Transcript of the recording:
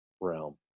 realm